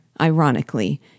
ironically